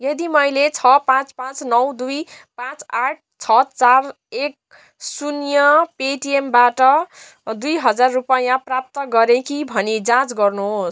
यदि मैले छ पाँच पाँच नौ दुई पाँच आठ छ चार एक शून्य पेटिएमबाट दुई हजार रुपियाँ प्राप्त गरेँ कि भनी जाँच गर्नुहोस्